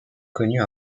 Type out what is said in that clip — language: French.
connu